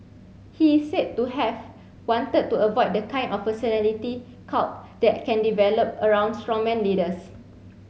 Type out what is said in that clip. he is said to have wanted to avoid the kind of personality cult that can develop around strongman leaders